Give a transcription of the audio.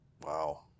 Wow